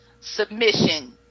submission